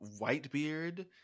Whitebeard